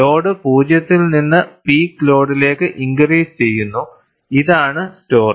load 0 ൽ നിന്ന് peak ലോഡിലേക്ക് ഇൻക്രീസ് ചെയ്യുന്നു ഇതാണ് സ്റ്റോറി